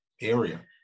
area